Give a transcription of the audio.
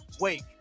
Wake